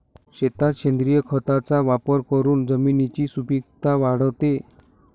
शेतात सेंद्रिय खताचा वापर करून जमिनीची सुपीकता वाढते